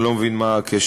אני לא מבין מה הקשר,